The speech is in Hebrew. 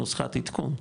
נוסחת עדכון.